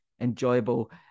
enjoyable